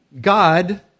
God